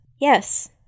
yes